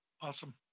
Awesome